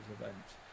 events